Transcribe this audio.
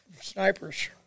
snipers